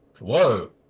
Whoa